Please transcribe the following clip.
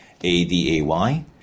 A-D-A-Y